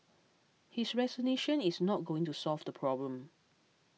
his resignation is not going to solve the problem